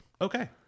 Okay